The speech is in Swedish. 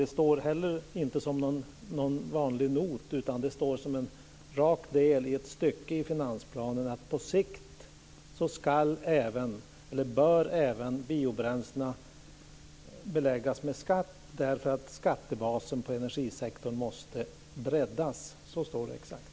Det står inte heller som en vanlig not, utan det står som en rak del i ett stycke i finansplanen, att på sikt bör även biobränslena beläggas med skatt därför att skattebasen på energisektorn måste breddas. Så står det.